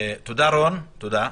רון, תודה.